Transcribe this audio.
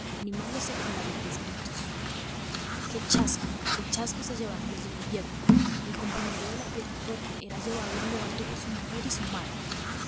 animándose con alegres gritos qué chasco qué chasco se llevarán los del gobierno el compañero de la pierna rota era llevado en alto por su mujer y su madre